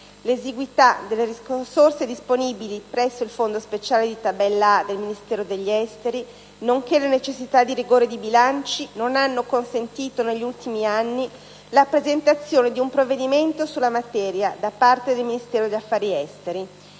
L'esiguità delle risorse disponibili presso il Fondo speciale di tabella A del Ministero degli affari esteri, nonché le necessità di rigore di bilancio, non hanno consentito negli ultimi anni la presentazione di un provvedimento sulla materia da parte del Ministero degli affari esteri;